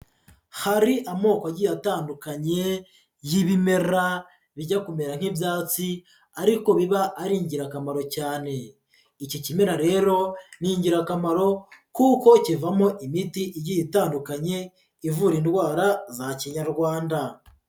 Hari amoko atandukanye y'ibimera bijya kumera nk'ibyatsi ariko biba ari ingirakamaro cyane. Iki kimera rero, ni ingirakamaro kuko kivamo imiti igiye itandukanye, ivura indwara za kinyarwanda.